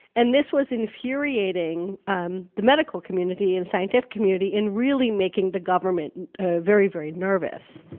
and this was infuriating um the medical community and scientific community and really making the government very, very nervous